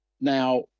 now